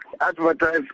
advertise